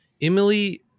Emily